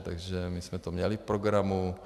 Takže my jsme to měli v programu.